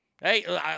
Hey